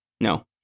No